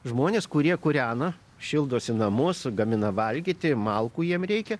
žmonės kurie kūrena šildosi namus gamina valgyti malkų jiem reikia